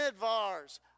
midvars